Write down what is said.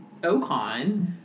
Ocon